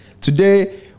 Today